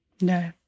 No